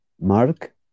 Mark